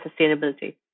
sustainability